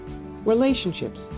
relationships